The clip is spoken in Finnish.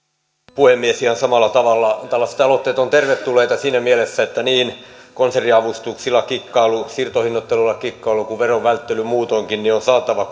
puhemies ihan samalla tavalla tällaiset aloitteet ovat tervetulleita siinä mielessä että niin konserniavustuksilla kikkailu siirtohinnoittelulla kikkailu kuin veron välttely muutoinkin on saatava